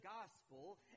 gospel